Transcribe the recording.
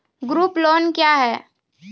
Group loan क्या है?